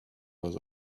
was